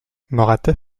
mouratet